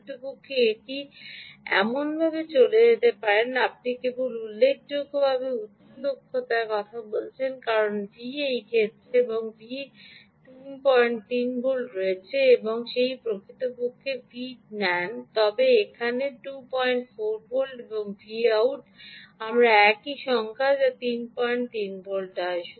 প্রকৃতপক্ষে এটি এমনভাবে চলে যেতে পারে আপনি কেবল উল্লেখযোগ্যভাবে উচ্চ দক্ষতার কথা বলছেন কারণ V¿ এই ক্ষেত্রে এবং Vout 33 রয়েছে আপনি যদি এই অধিকারটি V take নেন তবে এখানে 24 ভোল্ট এবং Vout আবার একই সংখ্যাটি যা 33 ভোল্ট হয়